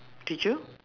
did you